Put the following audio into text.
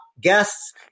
guests